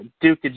Duke